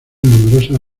numerosas